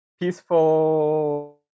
peaceful